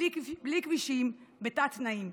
בלי כבישים, בתת-תנאים.